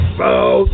bow